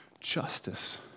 justice